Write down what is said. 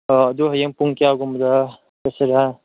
ꯑꯣ ꯑꯗꯨ ꯍꯌꯦꯡ ꯄꯨꯡ ꯀꯌꯥꯒꯨꯝꯕꯗ ꯆꯠꯁꯤꯔꯥ